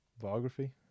biography